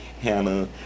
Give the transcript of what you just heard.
Hannah